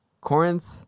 Corinth